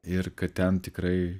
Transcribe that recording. ir kad ten tikrai